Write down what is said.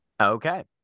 Okay